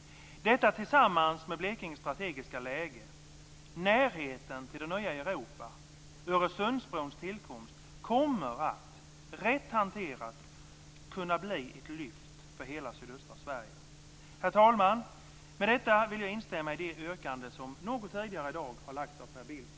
Detta tillsammans med Blekinges strategiska läge, närheten till det nya Europa och Öresundsbrons tillkomst kommer att, rätt hanterat, kunna bli ett lyft för hela sydöstra Sverige. Herr talman! Med detta vill jag instämma i det yrkande som något tidigare i dag har lagts fram av Per